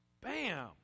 Bam